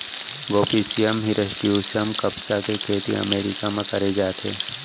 Gossypium hirsutum कपसा के खेती अमेरिका म करे जाथे